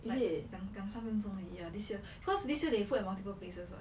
like 两两三分钟而已 ah the year cause this year they put in multiple places [what]